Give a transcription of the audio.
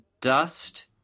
dust